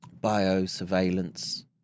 Biosurveillance